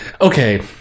okay